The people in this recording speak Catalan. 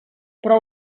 però